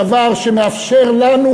הדבר שמאפשר לנו,